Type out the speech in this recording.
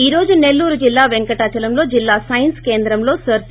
ఈ రోజు సెల్లూరు జిల్లా పెంకటాచలంలో జిల్లా సైన్స్ కేంద్రంలో సర్ సి